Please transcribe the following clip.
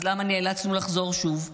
אז למה נאלצנו לחזור שוב?